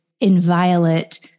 inviolate